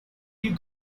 you